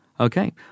Okay